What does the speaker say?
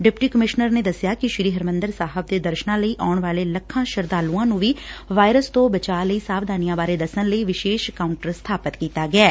deputy commissioner ਨੇ ਦਸਿਆ ਕਿ ਸ੍ੀ ਹਰਿਮੰਦਰ ਸਾਹਿਬ ਦੇ ਦਰਸ਼ਨਾਂ ਲਈ ਆਉਣ ਵਾਲੇ ਲੱਖਾਂ ਸ਼ਰਧਾਲੂਆਂ ਨੂੰ ਵੀ ਵਾਇਰਸ ਤੋਂ ਬਚਾਅ ਲਈ ਸਾਵਧਾਨੀਆਂ ਬਾਰੇ ਦੱਸਣ ਲਈ ਵਿਸ਼ੇਸ਼ ਕਾਊਂਟਰ ਸਬਾਪਿਤ ਕੀਤਾ ਗਿਐ